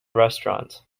restaurants